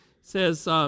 says